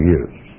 use